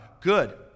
good